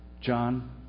John